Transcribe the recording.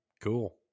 cool